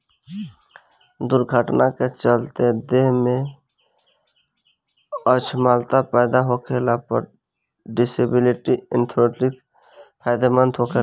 दुर्घटना के चलते देह में अछमता पैदा होखला पर डिसेबिलिटी इंश्योरेंस ढेरे फायदेमंद होखेला